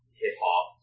hip-hop